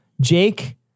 jake